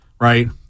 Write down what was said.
Right